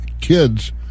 kids